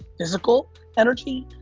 physical energy,